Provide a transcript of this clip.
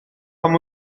pam